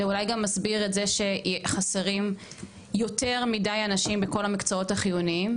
זה אולי גם מסביר את זה שהחסרים יותר מידי אנשים בכל המקצועות החיוניים?